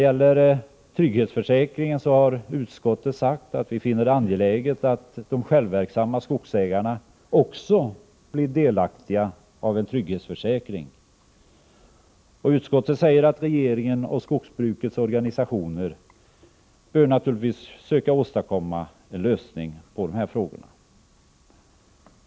Utskottet har sagt att det finner det angeläget att de självverksamma skogsägarna också blir delaktiga av en trygghetsförsäkring. Utskottet säger att regeringen och skogsbrukets organisationer bör söka åstadkomma en lösning på dessa frågor.